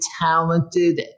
talented